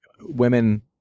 Women